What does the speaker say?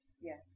Yes